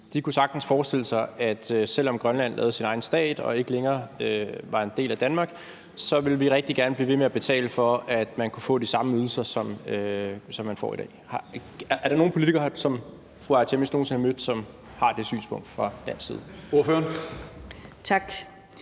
de sagtens kunne forestille sig, at selv om Grønland lavede sin egen stat og ikke længere var en del af Danmark, ville vi rigtig gerne blive ved med at betale for, at man kunne få de samme ydelser, som man får i dag. Er der nogen politikere, som fru Aaja Chemnitz nogen sinde har mødt, som har det synspunkt fra dansk side?